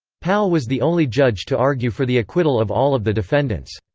pal was the only judge to argue for the acquittal of all of the defendants.